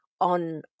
on